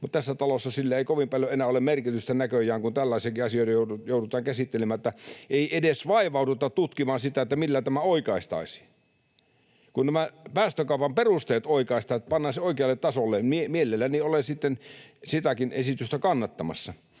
Mutta tässä talossa sillä ei kovin paljon enää ole merkitystä näköjään, kun tällaisiakin asioita joudutaan käsittelemään. Ei edes vaivauduta tutkimaan sitä, millä tämä oikaistaisiin. Kun päästökaupan perusteet oikaistaan niin, että pannaan ne oikealle tasolle, mielelläni olen sitten sitäkin esitystä kannattamassa.